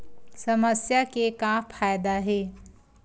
समस्या के का फ़ायदा हे?